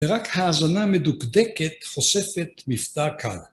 ורק האזנה מדוקדקת חושפת מבטא קל.